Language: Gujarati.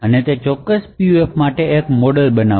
અને તે ચોક્કસ PUF માટે એક મોડેલ બનાવશે